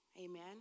Amen